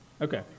Okay